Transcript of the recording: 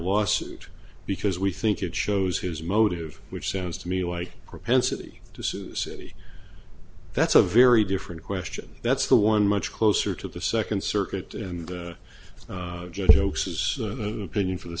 lawsuit because we think it shows his motive which sounds to me like a propensity to sue the city that's a very different question that's the one much closer to the second circuit and jokes his opinion for the